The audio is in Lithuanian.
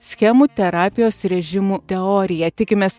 schemų terapijos režimų teoriją tikimės